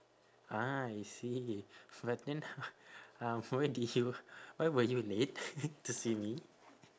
ah I see but then uh why did you why were you late to see me